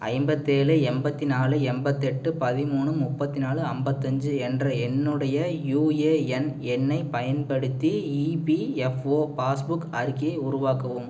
ஐம்பத்து ஏழு எண்பத்திநாலு எண்பத்தெட்டு பதிமூணு முப்பத்நாலு ஐம்பத்தஞ்சு என்ற என்னுடைய யுஏஎன் எண்ணைப் பயன்படுத்தி இபிஎஃப்ஓ பாஸ்புக் அறிக்கையை உருவாக்கவும்